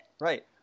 right